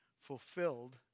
fulfilled